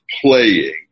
playing